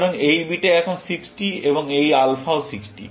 সুতরাং এই বিটা এখন 60 এবং এই আলফাও 60